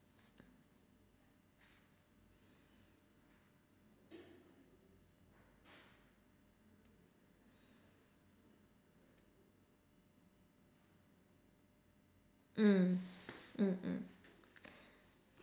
mm mm mm